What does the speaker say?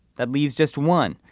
that leaves just one.